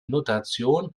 notation